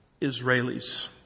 Israelis